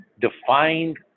defined